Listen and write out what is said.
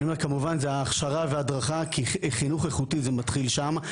אני אומר כמובן זה ההכשרה וההדרכה כי חינוך איכותי זה מתחיל שם,